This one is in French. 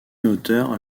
auteur